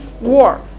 war